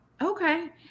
Okay